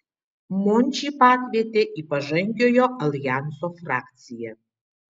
mončį pakvietė į pažangiojo aljanso frakciją